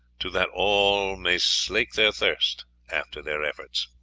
to that all may slake their thirst after their efforts.